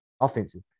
offensive